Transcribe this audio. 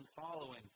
following